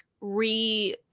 re